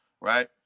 right